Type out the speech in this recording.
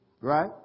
right